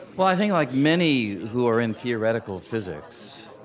well, i think like many who are in theoretical physics,